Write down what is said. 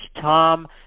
Tom